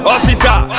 Officer